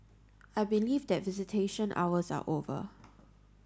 I believe that visitation hours are over